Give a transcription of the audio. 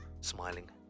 smiling